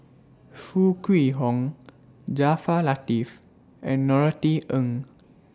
Foo Kwee Horng Jaafar Latiff and Norothy Ng